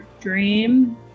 dream